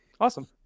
Awesome